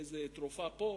איזו תרופה פה,